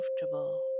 comfortable